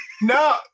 No